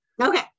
Okay